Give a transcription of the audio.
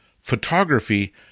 Photography